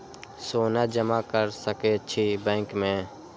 सोना जमा कर सके छी बैंक में?